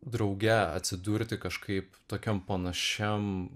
drauge atsidurti kažkaip tokiam panašiam